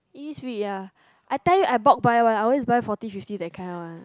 Innisfree ya I tell you I bulk buy one I always buy forty fifty that kind one